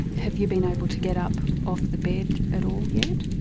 have you been able to get up off the bed at all yet?